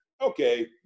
okay